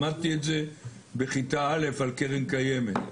למדתי את זה בכיתה א' על קרן קיימת.